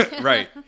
Right